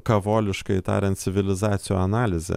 kavoliškai tariant civilizacijų analizė